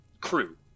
Crew